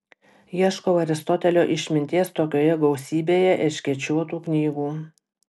ieškau aristotelio išminties tokioje gausybėje erškėčiuotų knygų